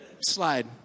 slide